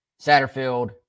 Satterfield